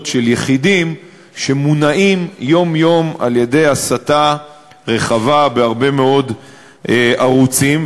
של יחידים שמונעים יום-יום על-ידי הסתה רחבה בהרבה מאוד ערוצים,